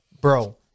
Bro